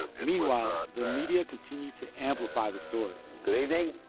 meanwhile, the media continued to amplify the story good evening.